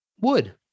wood